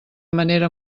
manera